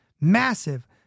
massive